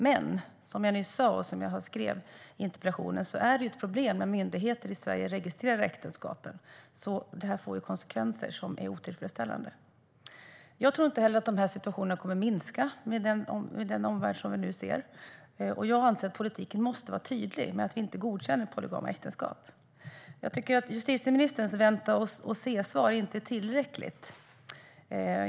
Men som jag nyss sa och som jag skrev i interpellationen är det ett problem när en myndighet i Sverige registrerar äktenskapen. Det får konsekvenser och är otillfredsställande. Jag tror inte att dessa situationer kommer att minska med den omvärld vi nu ser. Jag anser att politiken måste vara tydlig med att polygama äktenskap inte godkänns. Justitieministerns vänta-och-se-svar är inte tillräckligt.